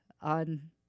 on